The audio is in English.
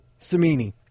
Samini